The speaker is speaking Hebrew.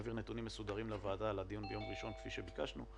יעביר נתונים מסודרים לוועדה לדיון ביום ראשון כפי שביקשנו.